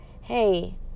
Hey